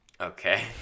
okay